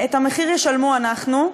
את המחיר ישלמו: אנחנו,